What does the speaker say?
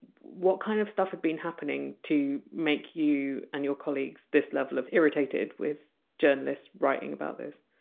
what kind of stuff had been happening to make you and your colleagues this level of irritated with journalists writing about this?